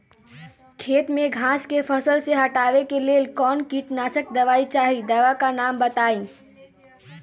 खेत में घास के फसल से हटावे के लेल कौन किटनाशक दवाई चाहि दवा का नाम बताआई?